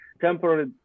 temporary